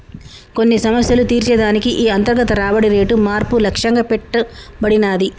కొన్ని సమస్యలు తీర్చే దానికి ఈ అంతర్గత రాబడి రేటు మార్పు లక్ష్యంగా పెట్టబడినాది